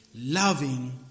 loving